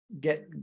get